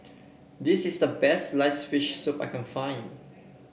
this is the best sliced fish soup I can find